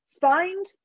find